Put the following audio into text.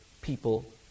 people